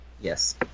yes